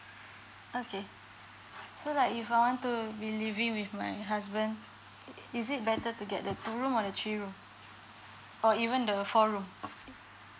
okay so like if I want to be living with my husband is it better to get the two room or the three room or even the four room